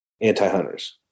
anti-hunters